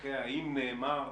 ואם המינוי של הבן-אדם